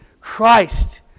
Christ